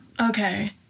Okay